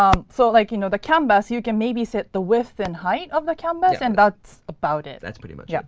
um so like you know the canvas you can maybe set the width and height of the canvas. and that's about it. surma that's pretty much yeah it.